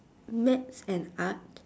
maths and art